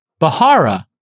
Bahara